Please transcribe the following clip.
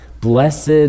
Blessed